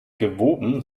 gewoben